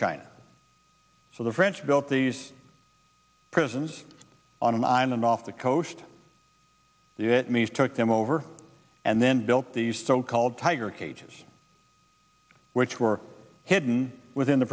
china so the french built these prisons on an island off the coast that means took them over and then built these so called tiger cages which were hidden within the